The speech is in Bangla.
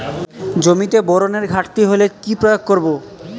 জমিতে বোরনের ঘাটতি হলে কি প্রয়োগ করব?